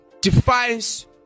defines